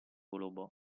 globo